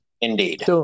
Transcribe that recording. indeed